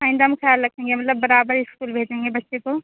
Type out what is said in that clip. آئندہ میں خیال رکھوں گی مطلب برابر اسکول بھیجوں گے بچے کو